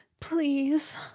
please